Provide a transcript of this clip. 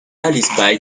alice